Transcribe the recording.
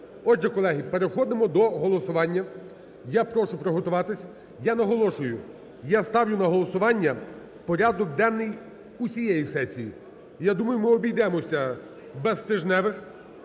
Отже, колеги, переходимо до голосування. Я прошу приготуватись. Я наголошую, я ставлю на голосування порядок денний усієї сесії. Я думаю, ми обійдемося без тижневих